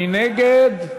מי נגד?